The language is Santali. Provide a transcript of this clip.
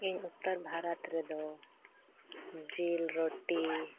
ᱤᱧ ᱩᱛᱛᱚᱨ ᱵᱷᱟᱨᱚᱛ ᱨᱮᱫᱚ ᱡᱤᱞ ᱨᱳᱴᱤ